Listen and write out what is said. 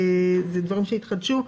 אלה דברים שהתחדשו.